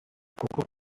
coca